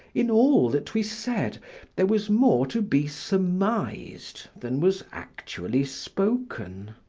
in all that we said there was more to be surmised than was actually spoken.